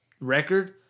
record